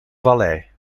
vallei